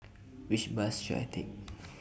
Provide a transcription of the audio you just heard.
Which Bus should I Take